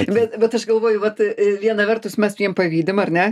bet bet aš galvoju vat viena vertus mes jiem pavydim ar ne